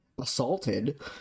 assaulted